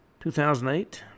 2008